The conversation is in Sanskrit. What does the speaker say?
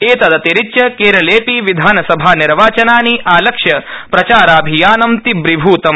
एतदतिरिच्य केरले अपि विधानसभा निर्वाचनानि आलक्ष्य प्रचाराभियानं तीव्रीभूतम्